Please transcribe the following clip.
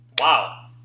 wow